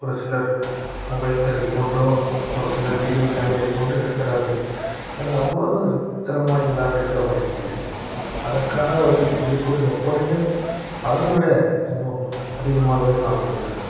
ஒரு சிலர் மொபைல் கருவி கொண்டோ ஒரு சிலர் வீடியோ கேமரை கொண்டு எடுக்கிறார்கள் அது அவ்வளவு திறம் வாய்ந்ததாக இருக்கப்படுவதில்லை அதற்காக அவர்கள் செய்யக்கூடிய ஒப்பனைகள் அதைவிட முகம் அதிகமாகவே காணப்படுகிறது